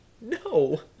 No